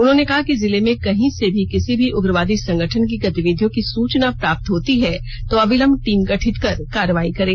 उन्होंने कहा कि जिले में कहीं से भी किसी भी उग्रवादी संगठन की गतिविधियों की सूचना प्राप्त होती है तो अविलंब टीम गठित कर कार्रवाई करें